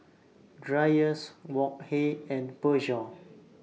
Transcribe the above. Dreyers Wok Hey and Peugeot